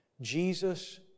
Jesus